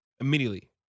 Immediately